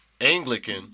Anglican